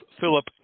Philip